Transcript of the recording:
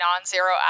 non-zero